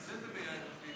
תעשה את זה ביאיר לפיד.